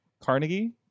Carnegie